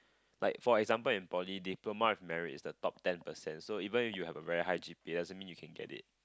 like for example in poly diploma with merit is the top ten percent so even if you have a very high G_P_A doesn't mean you can get it